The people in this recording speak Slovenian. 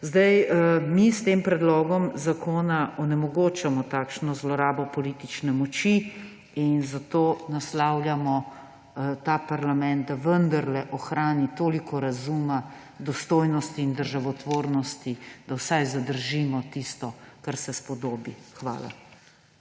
Mi s tem predlogom amandmaja onemogočamo takšno zlorabo politične moči in zato naslavljamo ta parlament, da vendarle ohrani toliko razuma, dostojnosti in državotvornosti, da vsaj zadržimo tisto, kar se spodobi. Hvala.